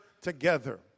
together